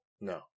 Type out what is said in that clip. No